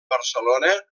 barcelona